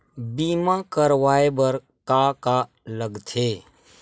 बीमा करवाय बर का का लगथे?